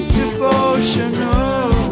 devotional